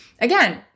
Again